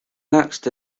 next